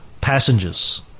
passengers